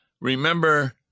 Remember